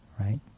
right